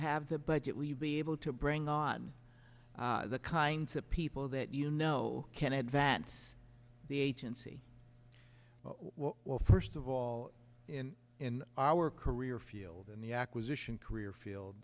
have the budget leave be able to bring on the kinds of people that you know can advance the agency well first of all in in our career field in the acquisition career field